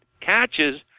catches